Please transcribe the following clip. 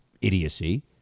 idiocy